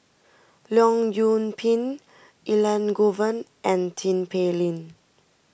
Leong Yoon Pin Elangovan and Tin Pei Ling